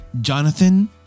Jonathan